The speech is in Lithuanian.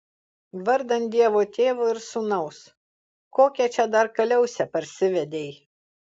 vardan dievo tėvo ir sūnaus kokią čia dar kaliausę parsivedei